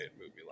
movie